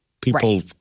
People